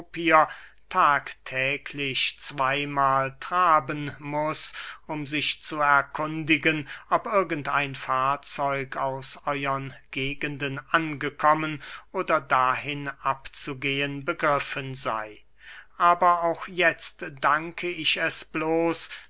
tagtäglich zweymahl traben muß um sich zu erkundigen ob irgend ein fahrzeug aus euern gegenden angekommen oder dahin abzugehen begriffen sey aber auch jetzt danke ich es bloß